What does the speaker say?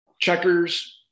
checkers